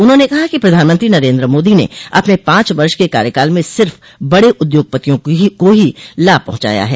उन्होनें कहा कि प्रधानमंत्री नरेन्द्र मोदी ने अपने पाँच वर्ष के कार्यकाल में सिर्फ बड़े उद्योगपतियों को ही लाभ पहुंचाया है